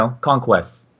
conquests